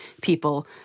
people